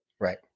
Right